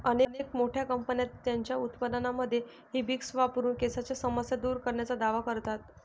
अनेक मोठ्या कंपन्या त्यांच्या उत्पादनांमध्ये हिबिस्कस वापरून केसांच्या समस्या दूर करण्याचा दावा करतात